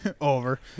Over